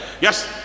Yes